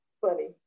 Funny